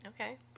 okay